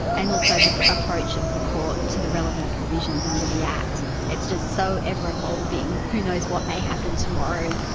and also the approach of the court to the relevant provisions under the act. it's just so ever evolving, who knows what may happen tomorrow,